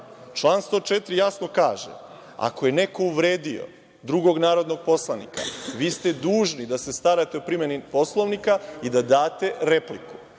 104. jasno kaže – ako je neko uvredio drugog narodnog poslanika, vi ste dužni da se starate o primeni Poslovnika i da date repliku.